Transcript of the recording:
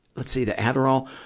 let's see, the adderall,